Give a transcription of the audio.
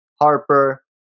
Harper